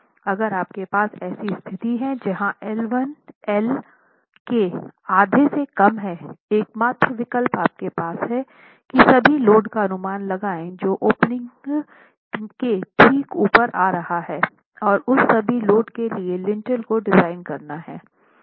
अगर आपके पास ऐसी स्थिति है जहां L 1 L के आधे से कम है एकमात्र विकल्प आपके पास हैं कि सभी लोड का अनुमान लगाए है जो ओपनिंग के ठीक ऊपर आ रहा है और उस सभी लोड के लिए लिंटेल को डिज़ाइन करना है